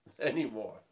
anymore